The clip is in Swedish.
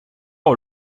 har